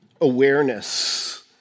awareness